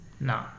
no